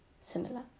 similar